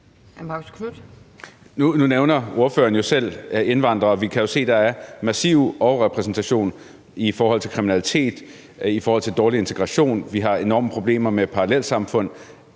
Nu nævner ordføreren selv indvandrere, og vi jo kan se, at der er en massiv overrepræsentation i forhold til kriminalitet, i forhold til dårlig integration, og vi har enorme problemer med parallelsamfund.